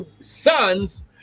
sons